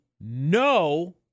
no